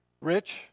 rich